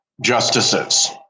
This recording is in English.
justices